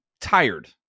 tired